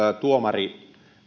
tuomari